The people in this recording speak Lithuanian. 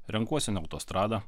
renkuosi ne autostrada